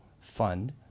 fund